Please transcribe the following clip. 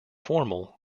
formal